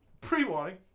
Pre-warning